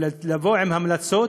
ובאו עם המלצות